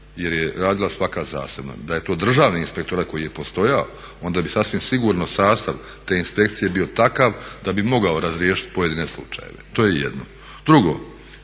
jer je radila svaka zasebno. Da je to državni inspektorat koji je postojao onda bi sasvim sigurno sastav te inspekcije bio takav da bi mogao razriješiti pojedine slučajeve, to je jedno. Drugo,